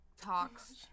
talks